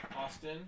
Austin